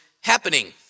happening